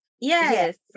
Yes